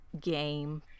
game